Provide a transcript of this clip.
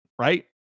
right